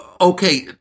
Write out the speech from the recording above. okay